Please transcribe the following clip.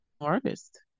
artist